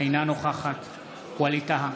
אינה נוכחת ווליד טאהא,